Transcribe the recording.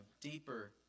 deeper